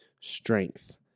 strength